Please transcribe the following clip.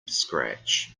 scratch